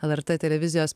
lrt televizijos